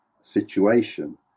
situation